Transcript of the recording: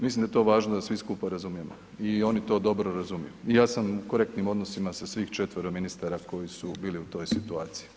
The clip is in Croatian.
Mislim da je to važno da svi skupa razumijemo i oni to dobro razumiju i ja sam u korektnim odnosima sa svih četvero ministara koji su bili u toj situaciji.